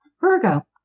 Virgo